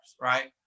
right